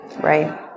Right